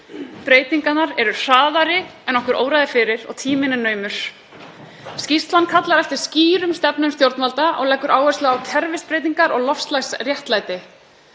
Breytingarnar eru hraðari en okkur óraði fyrir og tíminn er naumur. Skýrslan kallar eftir skýrri stefnu stjórnvalda og leggur áherslu á kerfisbreytingar og loftslagsréttlæti.